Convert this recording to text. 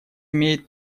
имеет